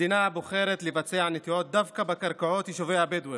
המדינה בוחרת לבצע נטיעות דווקא בקרקעות יישובי הבדואים,